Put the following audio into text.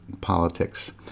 politics